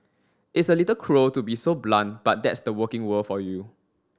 it's a little cruel to be so blunt but that's the working world for you